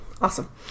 awesome